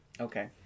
Okay